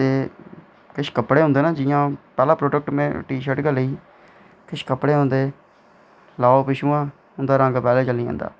ते किश प्रोडक्ट होंदे न जि'यां में पैह्लें टी शर्ट लेई किश कुपड़े होंदे लाओ पिच्छुआं उं'दा रंग पैह्लें चली जंदा